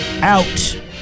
out